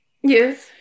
Yes